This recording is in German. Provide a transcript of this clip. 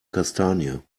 kastanie